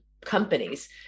companies